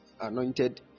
Anointed